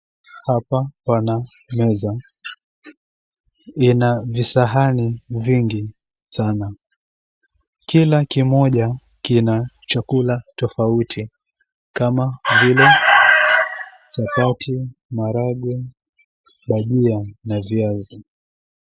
Hapa pana meza. Ina visahani vingi sana. Kila kimoja kina chakula tofauti kama vile chapati, maharagwe, bajia na viazi.